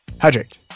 hydrate